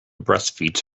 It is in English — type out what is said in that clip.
breastfeeds